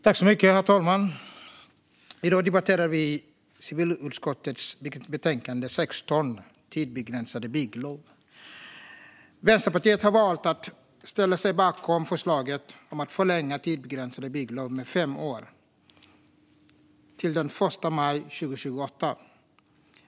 Herr talman! I dag debatterar vi civilutskottets betänkande 16 om tidsbegränsade bygglov. Vänsterpartiet har valt att ställa sig bakom förslaget om att förlänga tidsbegränsade bygglov med fem år, till den 1 maj 2028.